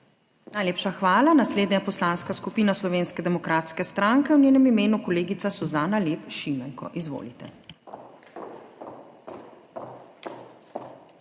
Najlepša hvala. Naslednja je Poslanska skupina Slovenske demokratske stranke, v njenem imenu kolegica Suzana Lep Šimenko. Izvolite.